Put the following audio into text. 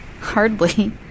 Hardly